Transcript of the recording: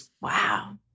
Wow